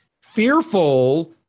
fearful